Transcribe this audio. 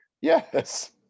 yes